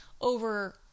Over